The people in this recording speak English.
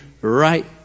right